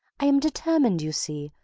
i am determined, you see,